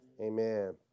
Amen